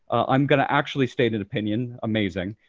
i'm going to actually state an opinion, amazing,